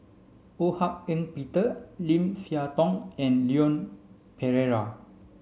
Ho Hak Ean Peter Lim Siah Tong and Leon Perera